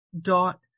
dot